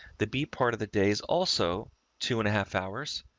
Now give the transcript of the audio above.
the b part of the day is also two and a half hours,